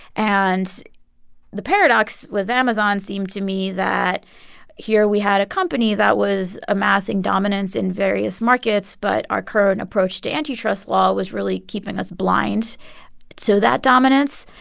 and the paradox with amazon seemed to me that here we had a company that was amassing dominance in various markets, but our current approach to antitrust law was really keeping us blind to so that dominance.